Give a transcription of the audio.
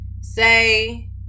Say